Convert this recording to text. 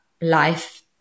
life